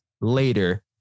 later